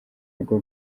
rwo